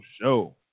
Show